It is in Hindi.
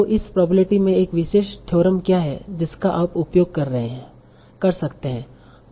तो इस प्रोबब्लिटी में एक विशेष थ्योरम क्या है जिसका आप उपयोग कर सकते हैं